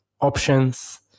options